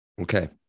okay